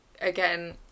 Again